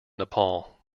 nepal